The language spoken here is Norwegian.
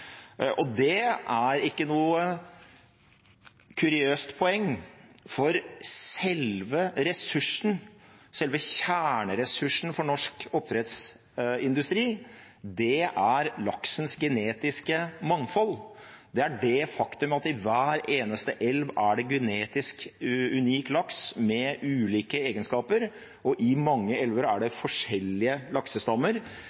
og det er ikke noe kuriøst poeng. For selve kjerneressursen for norsk oppdrettsindustri er laksens genetiske mangfold. Det er det faktum at i hver eneste elv er det genetisk unik laks med ulike egenskaper, og i mange elver er